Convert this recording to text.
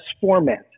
format